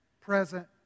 present